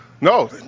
No